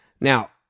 Now